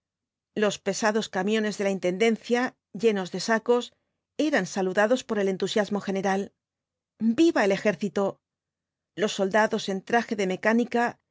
los pesados camiones de la intendencia llenos de sacos eran saludados por el en blasco ibáñbe tusiasmo general viva el ejército los soldados en traje de mecánica